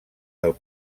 del